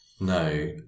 no